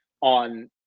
on